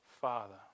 Father